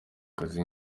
kazi